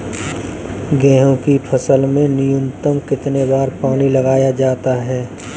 गेहूँ की फसल में न्यूनतम कितने बार पानी लगाया जाता है?